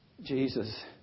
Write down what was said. Jesus